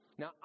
Now